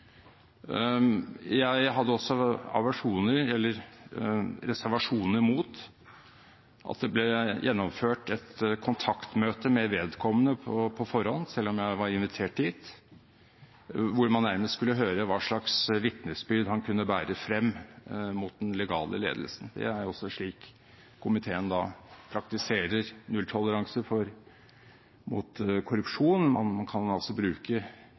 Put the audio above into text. Jeg hadde også aversjoner, eller reservasjoner, mot at det ble gjennomført et kontaktmøte med vedkommende på forhånd, selv om jeg var invitert dit, hvor man nærmest skulle høre hva slags vitnesbyrd han kunne bære frem mot den legale ledelsen. Det er også slik komiteen praktiserer nulltoleranse mot korrupsjon – man kan altså bruke